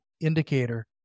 indicator